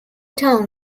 town